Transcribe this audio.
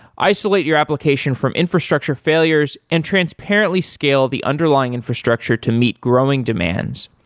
isolate your application from infrastructure failures and transparently scale the underlying infrastructure to meet growing demands,